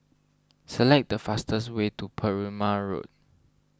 select the fastest way to Perumal Road